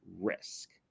risk